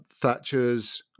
Thatcher's